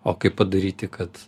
o kaip padaryti kad